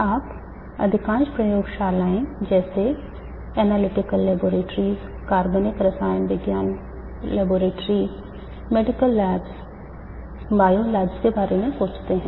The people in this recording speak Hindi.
आइए विद्युत के बारे में सोचते हैं